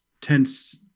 tense